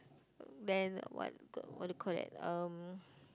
then what what you called that um